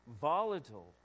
volatile